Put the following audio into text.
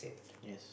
yes